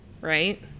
Right